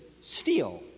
steal